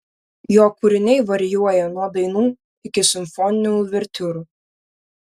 jo kūriniai varijuoja nuo dainų iki simfoninių uvertiūrų